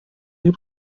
ry’u